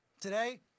Today